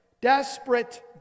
desperate